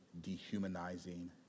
dehumanizing